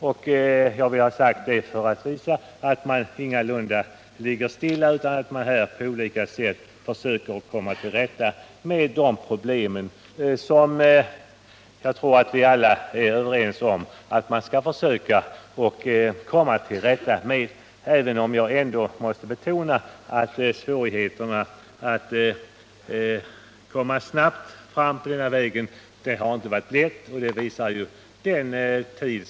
Jag har pekat på detta för att visa att man ingalunda ligger stilla i denna fråga utan på olika sätt försöker lösa de problem som jag tror att vi är överens om att man skall försöka komma till rätta med. Jag måste ändå betona att svårigheterna att snabbt komma fram till resultat på denna väg har varit mycket stora.